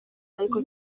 ariko